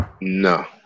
No